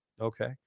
Okay